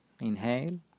inhale